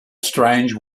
strange